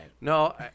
No